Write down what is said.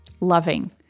Loving